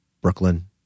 Brooklyn